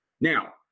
Now